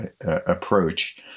approach